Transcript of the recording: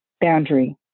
boundary